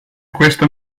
questa